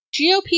GOP